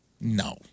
No